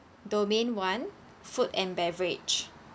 domain one food and beverage